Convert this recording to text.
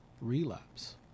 relapse